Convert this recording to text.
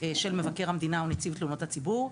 של מבקר המדינה ונציב תלונות הציבור,